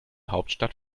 hauptstadt